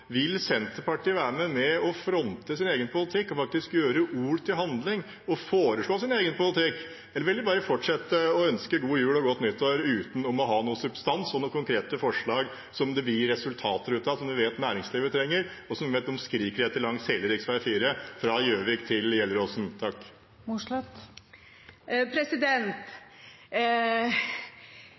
Vil Senterpartiet være med og fronte sin egen politikk og faktisk gjøre ord til handling og foreslå sin egen politikk eller vil de bare fortsette å ønske god jul og godt nyttår uten å ha noen substans og noen konkrete forslag som det blir resultater av, som vi vet næringslivet trenger, og som vi vet de skriker etter langs hele rv. 4, fra Gjøvik til